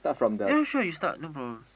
ya sure you start no problem